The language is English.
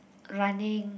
running